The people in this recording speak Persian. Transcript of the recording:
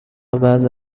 وضع